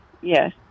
yes